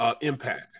impact